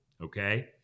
okay